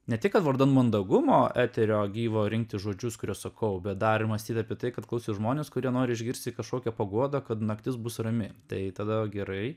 ne tik kad vardan mandagumo eterio gyvo rinkti žodžius kuriuos sakau bet dar ir mąstyt apie tai kad klausys žmonės kurie nori išgirsti kažkokią paguodą kad naktis bus rami tai tada gerai